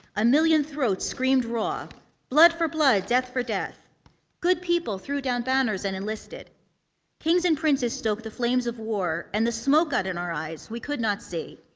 a million throats screamed raw blood for blood, death for death good people threw down banners and enlisted kings and princes stoked the flames of war. and the smoke got in our eyes, we could not see.